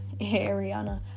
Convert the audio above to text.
ariana